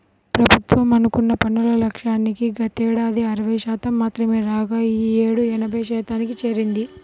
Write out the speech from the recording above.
ప్రభుత్వం అనుకున్న పన్నుల లక్ష్యానికి గతేడాది అరవై శాతం మాత్రమే రాగా ఈ యేడు ఎనభై శాతానికి చేరింది